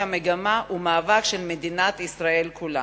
המגמה הוא מאבק של מדינת ישראל כולה,